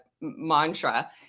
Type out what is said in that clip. mantra